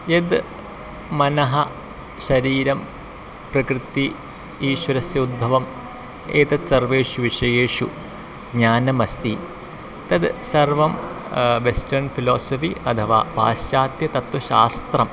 यद् मनः शरीरं प्रकृतिः ईश्वरस्य उद्भवम् एतत् सर्वेषु विषयेषु ज्ञानम् अस्ति तद् सर्वं वेस्टर्न् फ़िलासफ़ि अथवा पाश्चात्यतत्त्वशास्त्रम्